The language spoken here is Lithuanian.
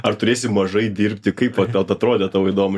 ar turėsi mažai dirbti kaip vat tau atrodė tau įdomu